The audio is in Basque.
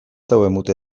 dirudi